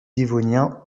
dévonien